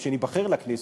כשניבחר לכנסת,